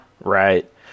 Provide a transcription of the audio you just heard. Right